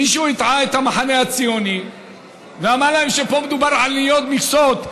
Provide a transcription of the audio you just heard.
מישהו הטעה את המחנה הציוני ואמר להם שפה מדובר על ניוד מכסות,